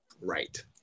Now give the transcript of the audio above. Right